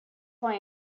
why